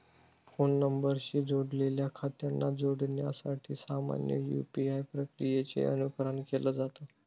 phone नंबरशी जोडलेल्या खात्यांना जोडण्यासाठी सामान्य यू.पी.आय प्रक्रियेचे अनुकरण केलं जात